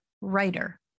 writer